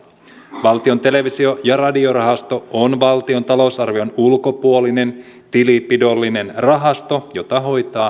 valtion televisio ja radiorahasto on valtion talousarvion ulkopuolinen tilinpidollinen rahasto jota hoitaa viestintävirasto